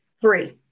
Three